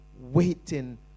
waiting